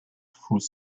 through